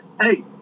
hey